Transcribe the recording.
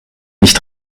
nicht